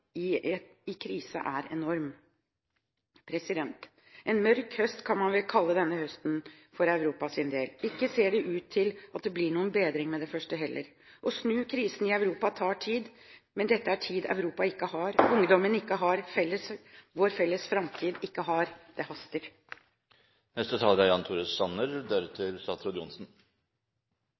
et Europa i krise er enorm. En mørk høst kan man vel kalle denne høsten for Europas del. Ikke ser det ut til at det blir noen bedring med det første heller. Å snu krisen i Europa tar tid, men dette er tid Europa ikke har, ungdommen ikke har, vår felles framtid ikke har. Det haster. Europas historie er